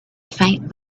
faint